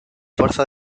fuerza